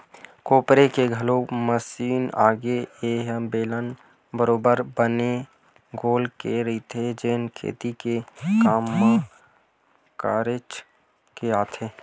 कोपरे के घलोक मसीन आगे ए ह बेलन बरोबर बने गोल के रहिथे जेन खेती के काम म काहेच के आथे